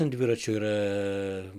ant dviračio yra